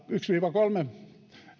yksi viiva kolme